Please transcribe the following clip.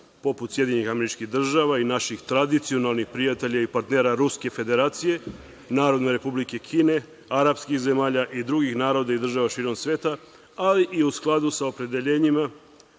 poput SAD i naših tradicionalnih prijatelja i partnera Ruske Federacije, Narodne Republike Kine, Arapskih zemalja i drugih naroda i država širom sveta, ali i u skladu sa opredeljenjima